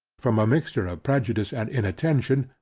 from a mixture of prejudice and inattention,